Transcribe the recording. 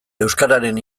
euskararen